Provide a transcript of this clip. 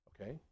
Okay